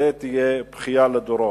זו תהיה בכייה לדורות.